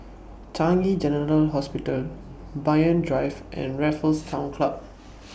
Changi General Hospital Banyan Drive and Raffles Town Club